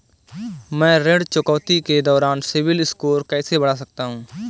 मैं ऋण चुकौती के दौरान सिबिल स्कोर कैसे बढ़ा सकता हूं?